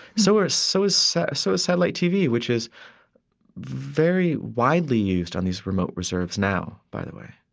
so ah so is so so satellite tv, which is very widely used on these remote reserves now, by the way.